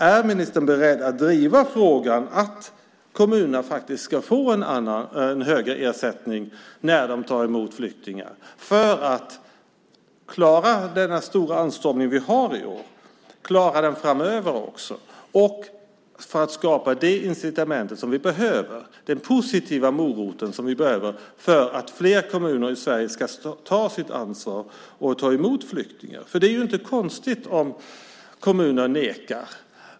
Är ministern beredd att driva frågan att kommunerna ska få en högre ersättning när de tar emot flyktingar för att klara den stora anstormningen i år och att klara den framöver också och skapa det incitament, den morot, som vi behöver för att fler kommuner i Sverige ska ta sitt ansvar och ta emot flyktingar? Det är inte konstigt om kommunerna nekar.